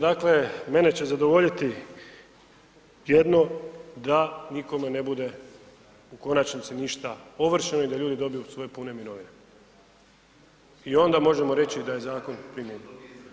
Dakle, mene će zadovoljiti jedino da nikome ne bude u konačnici ništa ovršeno i da ljudi dobiju svoje pune mirovine i onda možemo reći da je zakon primijenjen.